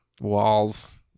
walls